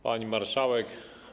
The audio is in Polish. Pani Marszałek!